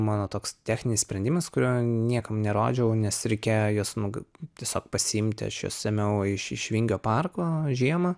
mano toks techninis sprendimas kurio niekam nerodžiau nes reikėjo juos nu g tiesiog pasiimti aš juos ėmiau iš iš vingio parko žiemą